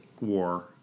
War